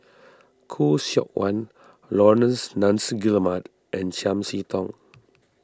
Khoo Seok Wan Laurence Nunns Guillemard and Chiam See Tong